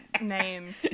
name